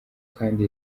kandi